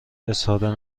اظهار